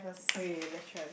okay let's try